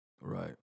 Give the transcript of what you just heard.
Right